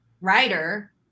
writer